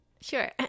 sure